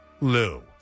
Lou